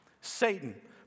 Satan